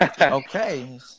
Okay